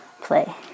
play